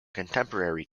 contemporary